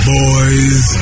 boys